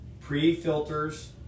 pre-filters